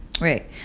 Right